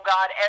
God